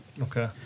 Okay